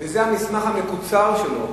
וזה המסמך המקוצר שלו.